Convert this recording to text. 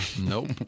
Nope